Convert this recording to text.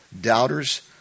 doubters